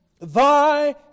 Thy